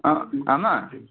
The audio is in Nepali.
आमा